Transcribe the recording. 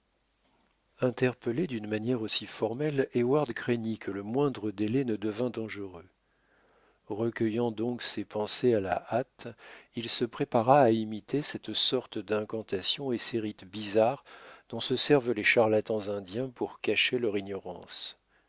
interpellé d'une manière aussi formelle heyward craignit que le moindre délai ne devînt dangereux recueillant donc ses pensées à la hâte il se prépara à imiter cette sorte d'incantation et ces rites bizarres dont se servent les charlatans indiens pour cacher leur ignorance